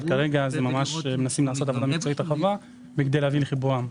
כרגע מנסים לעשות תוכנית רחבה כדי להביא לחיבורם.